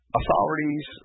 authorities